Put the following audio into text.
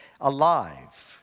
alive